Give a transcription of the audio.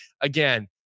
again